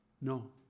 No